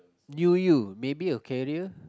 you you maybe a career